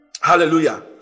Hallelujah